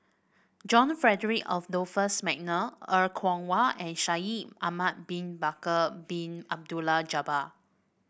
John Frederick Adolphus McNair Er Kwong Wah and Shaikh Ahmad Bin Bakar Bin Abdullah Jabbar